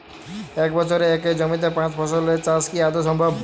এক বছরে একই জমিতে পাঁচ ফসলের চাষ কি আদৌ সম্ভব?